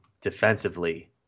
defensively